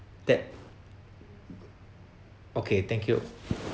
that okay thank you